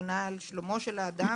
הגנה על שלומו של האדם.